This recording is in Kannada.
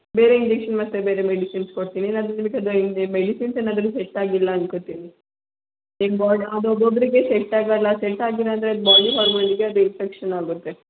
ಬೇರೆ ಇಂಜೆಕ್ಷನ್ ಮತ್ತು ಬೇರೆ ಮೆಡಿಸಿನ್ಸ್ ಕೊಡ್ತೀನಿ ಏನಾದರೂ ನಿಮಗೆ ಈ ಮೆಡಿಸಿನ್ಸ್ ಏನಾದರೂ ಸೆಟ್ ಆಗಿಲ್ಲ ಅನ್ಕೊತೀನಿ ನಿಮ್ಮ ಬಾಡಿ ಅದು ಒಬ್ಬೊಬ್ಬರಿಗೆ ಸೆಟ್ ಆಗೋಲ್ಲ ಸೆಟ್ ಆಗಿಲ್ಲ ಅಂದರೆ ಬಾಡಿ ಹಾರ್ಮೋನಿಗೆ ಅದು ಇನ್ಫೆಕ್ಷನ್ ಆಗುತ್ತೆ